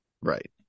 Right